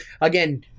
Again